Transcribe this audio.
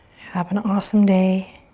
have an awesome day.